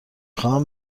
خواهم